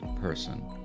person